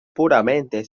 puramente